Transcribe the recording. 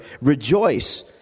Rejoice